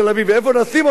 ואיפה נשים אותך,